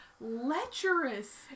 lecherous